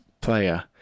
player